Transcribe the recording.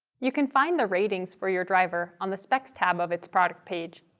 you can find the ratings for your driver on the specs tab of its product page.